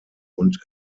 und